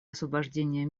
освобождения